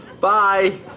Bye